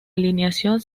alineación